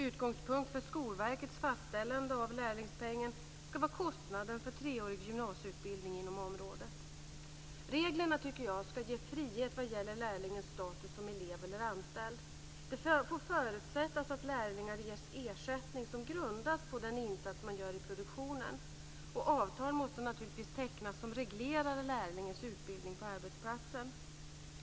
Utgångspunkt för Skolverkets fastställande av lärlingspengen ska vara kostnaden för treårig gymnasieutbildning inom området. Reglerna ska ge frihet vad gäller lärlingens status som elev eller anställd. Det får förutsättas att lärlingar ges ersättning som grundas på den insats de gör i produktionen. Avtal måste naturligtvis tecknas som reglerar lärlingens utbildning på arbetsplatsen.